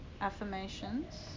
affirmations